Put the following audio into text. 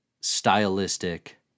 stylistic